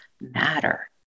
matter